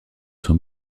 son